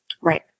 Right